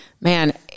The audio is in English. Man